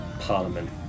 parliament